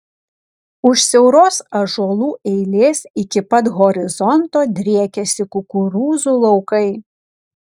už siauros ąžuolų eilės iki pat horizonto driekiasi kukurūzų laukai